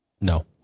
No